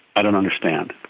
i don't understand.